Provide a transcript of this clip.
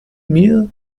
mir